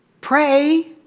Pray